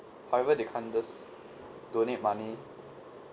however they can't just donate money